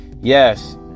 yes